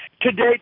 Today